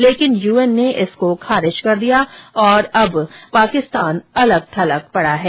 लेकिन यूएन ने इसको खारिज कर दिया और अब पाकिस्तान अलग थलग पड़ा है